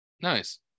Nice